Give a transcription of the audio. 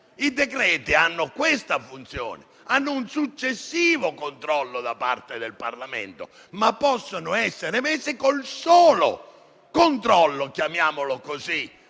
I decreti hanno questa funzione; hanno un successivo controllo da parte del Parlamento, ma possono essere emessi con il solo controllo - chiamiamolo così